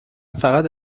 فقط